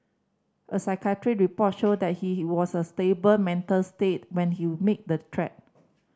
a psychiatric report showed that he he was a stable mental state when he made the threat